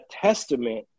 testament